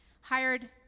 hired